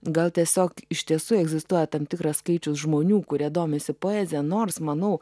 gal tiesiog iš tiesų egzistuoja tam tikras skaičius žmonių kurie domisi poezija nors manau